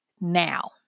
now